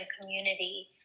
community